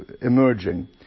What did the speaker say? emerging